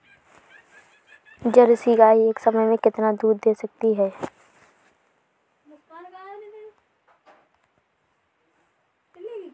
Jersey गाय एक समय में कितना दूध दे सकती है?